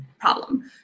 problem